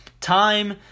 time